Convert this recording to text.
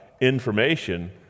information